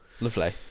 Lovely